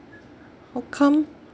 how come